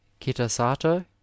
kitasato